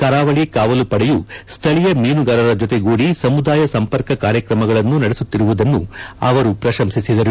ಕರಾವಳಿ ಕಾವಲು ಪಡೆಯ ಸ್ಥಳೀಯ ಮೀನುಗಾರ ಜೊತೆಗೂಡಿ ಸಮುದಾಯ ಸಂಪರ್ಕ ಕಾರ್ಯಕ್ರಮಗಳನ್ನು ನಡೆಸುತ್ತಿರುವುದನ್ನು ಅವರು ಪ್ರಶಂಸಿಸಿದರು